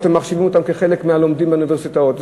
ומחשיבים אותם כחלק מהלומדים באוניברסיטאות.